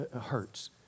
hurts